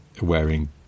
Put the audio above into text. wearing